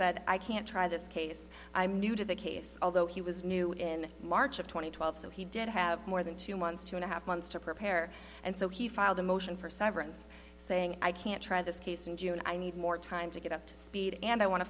said i can't try this case i'm new to the case although he was new in march of two thousand and twelve so he did have more than two months two and a half months to prepare and so he filed a motion for severance saying i can't try this case in june i need more time to get up to speed and i want to